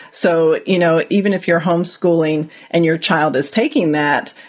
so, you know, even if you're homeschooling and your child is taking that,